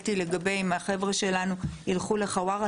שנשאלתי לגבי מהחברה שלנו אם ילכו לחווארה?